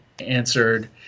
answered